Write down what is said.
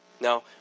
Now